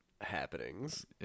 happenings